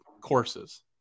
courses